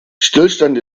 stillstand